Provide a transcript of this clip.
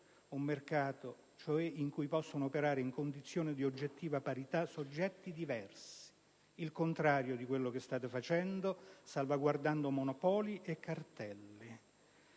un mercato cioè in cui possano operare in condizioni di oggettiva parità soggetti diversi». È il contrario di quanto state facendo, salvaguardando monopoli e cartelli.